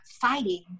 fighting